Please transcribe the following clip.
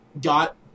got